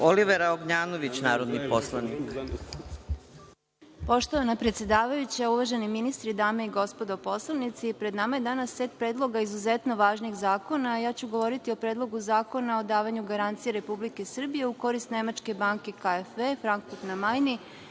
**Olivera Ognjanović** Poštovana predsedavajuća, uvaženi ministri, dame i gospodo poslanici, pred nama je danas set predloga izuzetno važnih zakona, a govoriću o Predlogu zakona o davanju garancije Republike Srbije u korist nemačke banke KfW, Frankfurt na Majni,